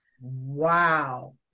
wow